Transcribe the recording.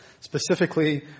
specifically